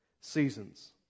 seasons